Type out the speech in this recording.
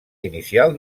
inicial